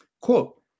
Quote